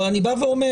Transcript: אבל אני בא ואומר,